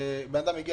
במקרים מיוחדים,